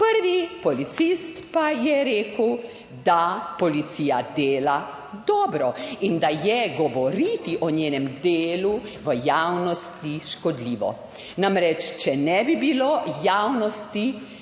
Prvi policist pa je rekel, da policija dela dobro in da je govoriti o njenem delu v javnosti škodljivo. Namreč, če ne bi bilo javnosti,